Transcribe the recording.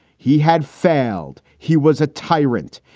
he had failed. he was a tyrant.